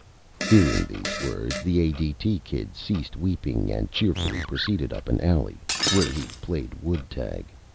hearing these words the a d t. kid ceased weeping and cheerfully proceeded up an alley, where he played wood tag.